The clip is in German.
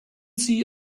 sie